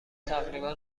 تقریبا